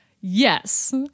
Yes